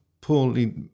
poorly